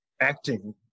acting